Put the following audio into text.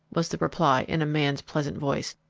was the reply, in a man's pleasant voice.